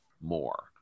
more